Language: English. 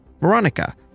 Veronica